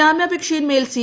ജാമ്യാപേക്ഷയിൻമേൽ C